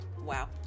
wow